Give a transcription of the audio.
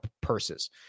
purses